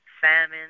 famine